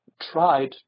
tried